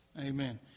Amen